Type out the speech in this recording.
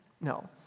No